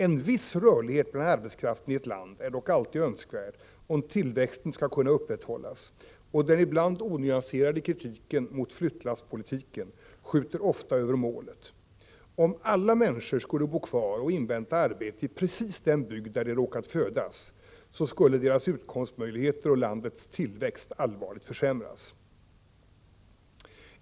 En viss rörlighet inom arbetskraften i ett land är dock alltid önskvärd, om tillväxten skall kunna upprätthållas, och den ibland onyanserade kritiken mot ”flyttlasspolitiken” skjuter ofta över målet. Om alla människor skulle bo kvar och invänta arbete i just den bygd där de råkat födas, skulle deras utkomstmöjligheter och landets tillväxt allvarligt försämras.